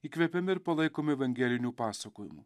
įkvepiami ir palaikomi evangelinių pasakojimų